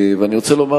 אני רוצה לומר